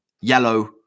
yellow